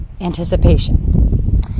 anticipation